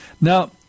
Now